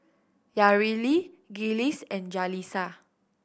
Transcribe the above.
Yareli Giles and Jalisa